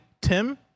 Tim